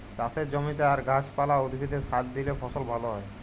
চাষের জমিতে আর গাহাচ পালা, উদ্ভিদে সার দিইলে ফসল ভাল হ্যয়